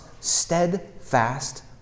steadfast